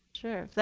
sure.